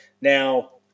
now